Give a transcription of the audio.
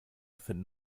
finden